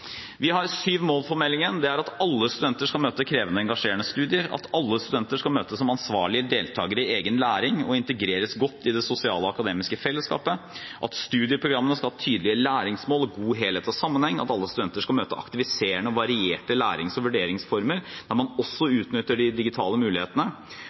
Vi har syv mål for meldingen. Det er at alle studenter skal møte krevende og engasjerende studier at alle studenter skal møtes som ansvarlige deltakere i egen læring og integreres godt i det sosiale og akademiske fellesskapet at studieprogrammene skal ha tydelige læringsmål og god helhet og sammenheng at alle studenter skal møte aktiviserende og varierte lærings- og vurderingsformer der man også utnytter de digitale mulighetene